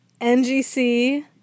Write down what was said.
NGC